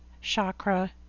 chakra